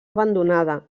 abandonada